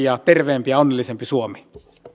ja terveemmän ja onnellisemman suomen